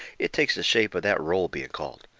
it takes the shape of that roll being called.